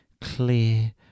clear